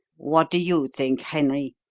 what do you think, henry?